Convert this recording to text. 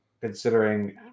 considering